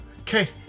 okay